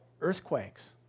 earthquakes